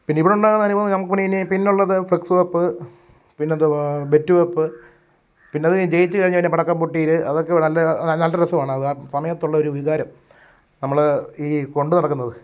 പിന്നെ ഇവിടുണ്ടാകുന്ന അനുഭവം നമുക്കിനി പിന്നെയുള്ളത് ഫ്ലക്സ് വെപ്പ് പിന്നെന്തുവാ ബെറ്റുവെപ്പ് പിന്നെ അത് കഴിഞ്ഞ് ജയിച്ചു കഴിഞ്ഞാൽ പടക്കം പൊട്ടീര് അതൊക്കെ ഇവിടെ നല്ല നല്ല രസമാ അതാ സമയത്തുള്ളൊരു വികാരം നമ്മൾ ഈ കൊണ്ട് നടക്കുന്നത്